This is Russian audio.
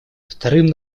вторым